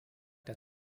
der